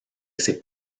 ese